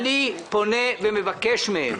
אני פונה ומבקש מהם,